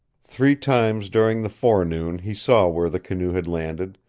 three times during the forenoon he saw where the canoe had landed,